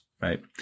right